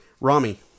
rami